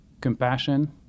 compassion